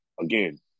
again